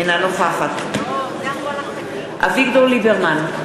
אינה נוכחת אביגדור ליברמן,